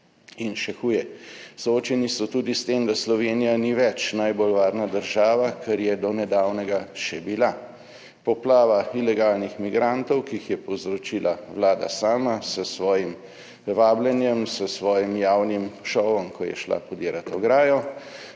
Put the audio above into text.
In še huje, soočeni so tudi s tem, da Slovenija ni več najbolj varna država, kar je do nedavnega še bila. Poplava ilegalnih migrantov, ki jih je povzročila Vlada sama s svojim vabljenjem, s svojim javnim šovom, ko je šla podirati ograjo